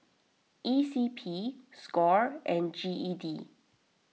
E C P Score and G E D